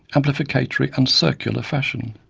amplificatory and circular fashion.